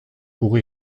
pour